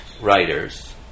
writers